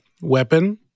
weapon